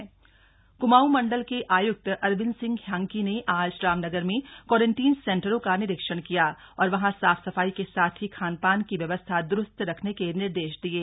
कुमाऊ आयुक्त निरीक्षण कुमाऊ मण्डल के आयुक्त अरविन्द सिंह ह्यान्की ने आज रामनगर में कोरेन्टीन सेन्टरों का निरीक्षण किया और वहां साफ सफाई के साथ ही खान पान की व्यवस्था दुरूस्त रखने के निर्देश दिये